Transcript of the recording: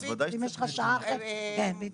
כן,